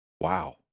Wow